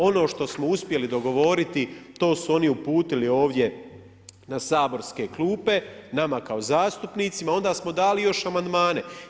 Ono što smo uspjeli dogovoriti, to su oni u putili ovdje na saborske klupe, nama kao zastupnicima, onda smo dali još amandmane.